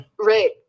Right